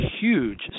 huge